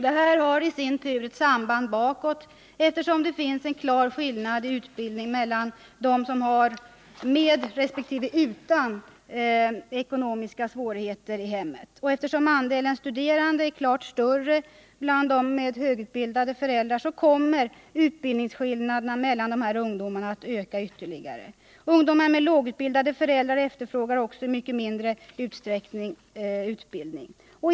Detta har i sin tur ett samband bakåt, eftersom det finns en klar skillnad i utbildning mellan dem som har ekonomiska svårigheter i hemmet och dem som inte har det. Eftersom andelen studerande är klart större bland dem med högutbildade föräldrar kommer utbildningsskillnaderna att öka ytterligare. Ungdomar med lågutbildade föräldrar efterfrågar också utbildning i mycket mindre utsträckning än andra ungdomar.